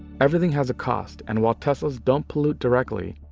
everything has a cost, and while tesla's don't pollute directly,